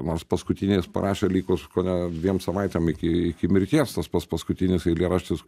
nors paskutinį jis parašė likus kone dviem savaitėm iki iki mirties tas pats paskutinis eilėraštis